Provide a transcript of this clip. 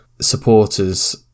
supporters